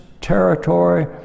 territory